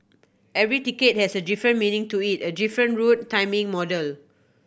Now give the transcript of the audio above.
every ticket has a different meaning to it a different route timing model